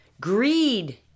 Greed